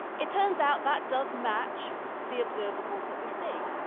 it turns out that does match the observables that we see.